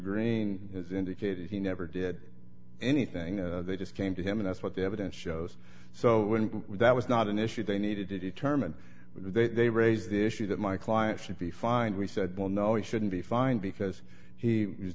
green has indicated he never did anything they just came to him and asked what the evidence shows so that was not an issue they needed to determine when they raised the issue that my client should be fined we said well no he shouldn't be fined because he is